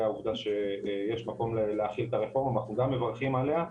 העובדה שיש מקום להחיל את הרפורמה ואנחנו מברכים עליה.